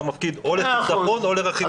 אתה מפקיד או לחיסכון או לרכיב ה --- מאה אחוז,